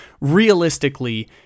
realistically